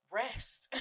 rest